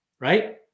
right